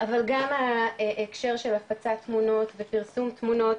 אבל גם ההקשר של הפצת תמונות ופרסום תמונות,